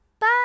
Bye